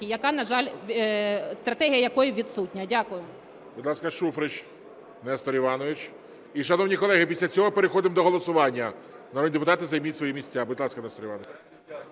яка, на жаль… стратегія якої відсутня. Дякую. ГОЛОВУЮЧИЙ. Будь ласка, Шуфрич Нестор Іванович. І, шановні колеги, після цього переходимо до голосування, народні депутати, займіть свої місця. Будь ласка, Нестор Іванович.